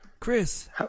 Chris